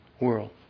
world